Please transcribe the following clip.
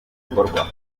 gikorwa